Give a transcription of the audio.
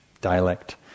dialect